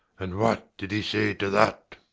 and what did he say to that?